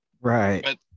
right